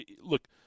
look –